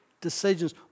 decisions